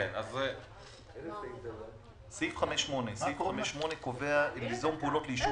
סעיף 5(8) קובע: "ליזום פעולות ליישוב